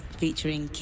featuring